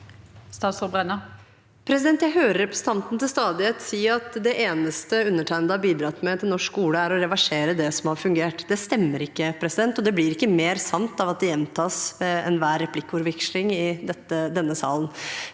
Jeg hører repre- sentanten til stadighet si at det eneste undertegnede har bidratt med til norsk skole, er å reversere det som har fungert. Det stemmer ikke, og det blir ikke mer sant av at det gjentas ved enhver replikkordveksling i denne salen.